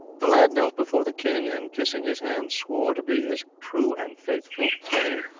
the lad knelt before the king, and, kissing his hand, swore to be his true and faithful thane,